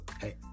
Hey